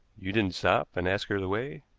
you didn't stop and ask her the way?